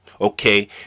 okay